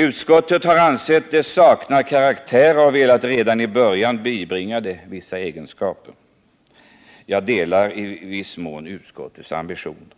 Utskottet har ansett det sakna karaktär och har velat redan i början bibringa det vissa egenskaper. Jag delar i viss mån utskottets ambition.